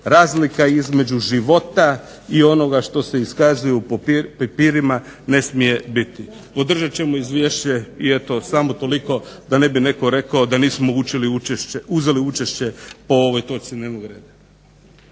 razlika između života i onoga što se iskazuje u papirima ne smije biti. Podržat ćemo izvješće i eto samo toliko, da ne bi netko rekao da nismo uzeli učešće po ovoj točci dnevnog reda.